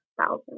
thousand